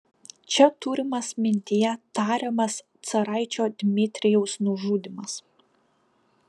čia turimas mintyje tariamas caraičio dmitrijaus nužudymas